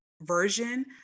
version